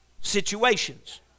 situations